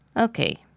Okay